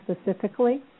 specifically